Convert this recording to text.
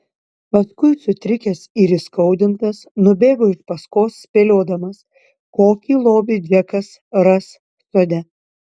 paskui sutrikęs ir įskaudintas nubėgo iš paskos spėliodamas kokį lobį džekas ras sode